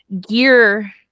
gear